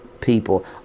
people